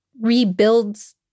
rebuilds